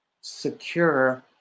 secure